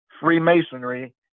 Freemasonry